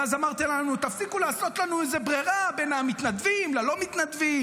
ואז אמרתם לנו: תפסיקו לעשות לנו איזה ברירה בין המתנדבים ללא מתנדבים.